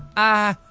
ah,